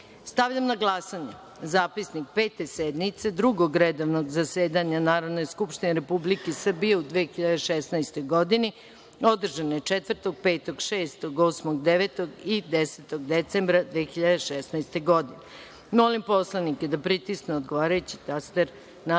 na glasanje Zapisnik Pete sednice Drugog redovnog zasedanja Narodne skupštine Republike Srbije u 2016. godini, održane 4, 5, 6, 8, 9. i 10. decembra 2016. godine. Molim poslanike da pritisnu odgovarajući taster na